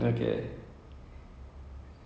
I binge watch everything so